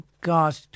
God